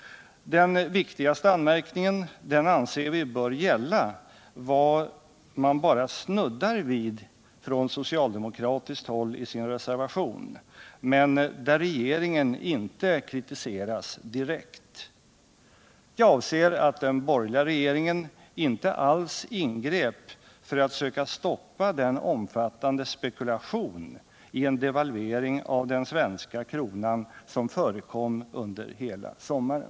Den viktigaste anmärkningen anser vi bör gälla vad man bara snuddar vid från socialdemokratiskt håll i sin reservation, men där regeringen inte kritiseras direkt. Vi avser detta att den borgerliga regeringen inte alls ingrep för att söka stoppa den omfattande spekulation i en devalvering av den svenska kronan som förekom under hela sommaren.